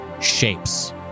shapes